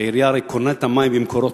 כי העירייה הרי קונה את המים מ"מקורות"